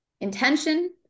Intention